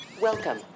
Welcome